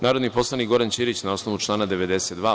Narodni poslanik Goran Ćirić, na osnovu člana 92.